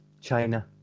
China